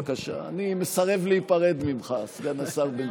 לפיכך אני קובע שהצעת חוק הביטוח הלאומי (נגיף הקורונה החדש,